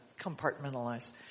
compartmentalize